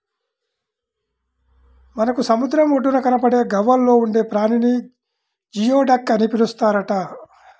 మనకు సముద్రం ఒడ్డున కనబడే గవ్వల్లో ఉండే ప్రాణిని జియోడక్ అని పిలుస్తారట